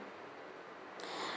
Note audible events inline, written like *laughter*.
*breath*